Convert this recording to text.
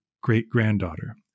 great-granddaughter